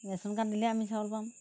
ration card দিলে আমি চাউল পাম